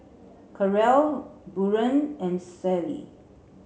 Karel Buren and Sally